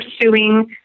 pursuing